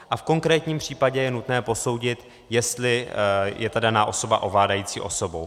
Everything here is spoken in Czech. A v konkrétním případě je nutné posoudit, jestli je ta daná osoba ovládající osobou.